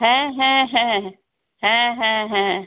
হ্যাঁ হ্যাঁ হ্যাঁ হ্যাঁ হ্যাঁ হ্যাঁ